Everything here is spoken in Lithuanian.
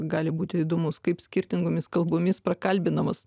gali būti įdomus kaip skirtingomis kalbomis prakalbinamas